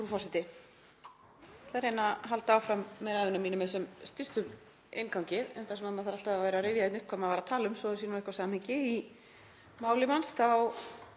að reyna að halda áfram með ræðuna mína með sem stystum inngangi, en þar sem maður þarf alltaf að vera að rifja upp hvað maður var að tala um svo það sé nú eitthvert samhengi í máli manns þá